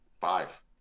five